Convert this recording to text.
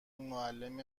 معلم